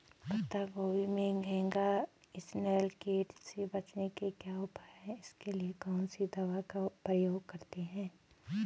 पत्ता गोभी में घैंघा इसनैल कीट से बचने के क्या उपाय हैं इसके लिए कौन सी दवा का प्रयोग करते हैं?